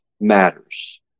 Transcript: matters